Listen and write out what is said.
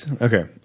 Okay